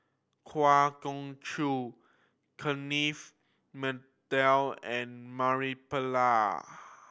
Kwa Geok Choo Kenneth Mitchell and Murali Pillai